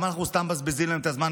אנחנו גם סתם מבזבזים להם את הזמן,